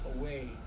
away